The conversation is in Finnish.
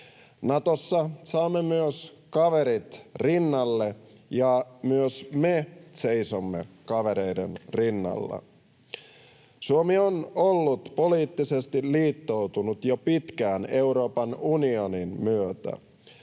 Natossa saamme myös kaverit rinnalle, ja myös me seisomme kavereiden rinnalla. Suomi on ollut poliittisesti liittoutunut jo pitkään Euroopan unionin myötä.